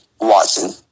Watson